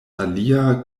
alia